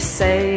say